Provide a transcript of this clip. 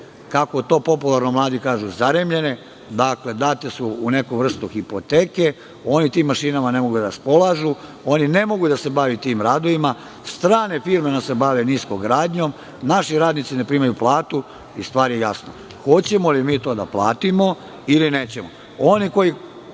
kako to popularno mladi kažu, zaremljene, date su u neku vrstu hipoteke. Oni tim mašinama ne mogu da raspolažu. Oni ne mogu da se bave tim radovima. Strane firme nam se bave niskogradnjom. Naši radnici ne primaju platu i stvar je jasna. Hoćemo li mi to da platimo ili nećemo? Oni koji